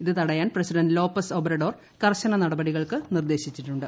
ഇത് തടയാൻ president Lopez Obrador കർശന നടപടികൾക്ക് നിർദ്ദേശിച്ചിട്ടുണ്ട്